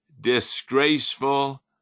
disgraceful